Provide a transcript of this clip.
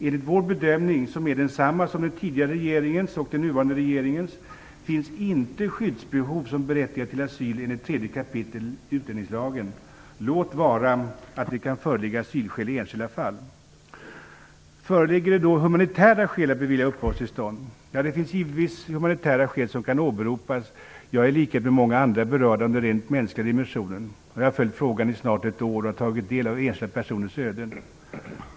Enligt vår bedömning, som är densamma som den tidigare regeringens och den nuvarande regeringens, finns inte skyddsbehov som berättigar till asyl enligt 3 kap. utlänningslagen, låt vara att det kan föreligga asylskäl i enskilda fall. Föreligger det då humanitära skäl att bevilja uppehållstillstånd? Det finns givetvis humanitära skäl som kan åberopas. Jag är i likhet med många andra berörd av den rent mänskliga dimensionen. Jag har följt frågan i snart ett år och har tagit del av enskilda personers öden.